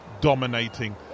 dominating